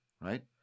right